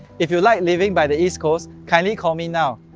if you like living by the east coast, kindly call me now!